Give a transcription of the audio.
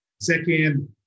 Second